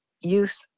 youth